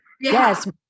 Yes